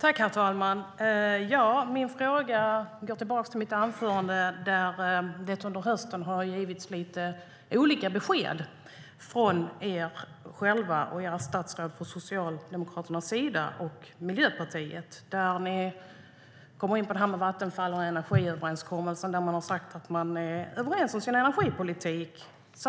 Herr talman! Under hösten har det givits lite olika besked från socialdemokratiska och miljöpartistiska ledamöter och statsråd. När det gäller Vattenfall och energiöverenskommelsen har ni sagt att ni är överens om er energipolitik.